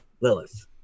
Lilith